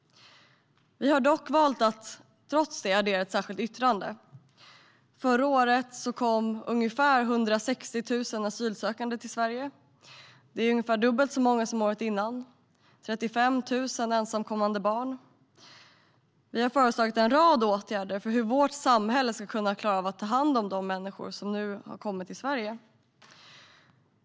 Vi har dock valt att addera ett särskilt yttrande. Förra året kom ungefär 160 000 asylsökande till Sverige. Det är ungefär dubbelt så många som året innan. 35 000 är ensamkommande barn. Vi har föreslagit en rad åtgärder för att vårt samhälle ska kunna klara av att ta hand om de människor som har kommit till Sverige.